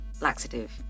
Laxative